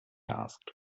asked